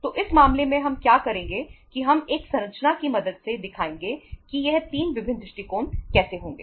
तो इस मामले में हम क्या करेंगे कि हम एक संरचना की मदद से दिखाएंगे कि यह 3 विभिन्न दृष्टिकोण कैसे होंगे